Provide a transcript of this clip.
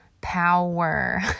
power